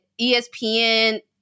ESPN